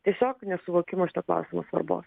tiesiog nesuvokimas šito klausimo svarbos